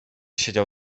siedział